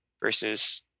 versus